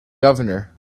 governor